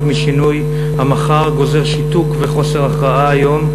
משינוי המחר גוזר שיתוק וחוסר הכרעה היום,